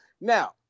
Now